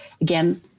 Again